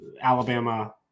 Alabama